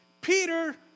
Peter